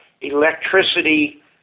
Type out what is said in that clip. electricity